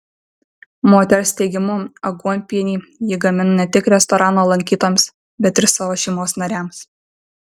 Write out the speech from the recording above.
moters teigimu aguonpienį ji gamina ne tik restorano lankytojams bet ir savo šeimos nariams